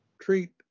treat